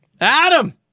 Adam